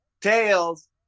Tails